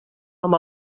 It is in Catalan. amb